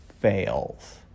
fails